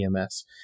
EMS